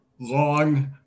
long